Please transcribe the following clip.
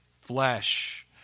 flesh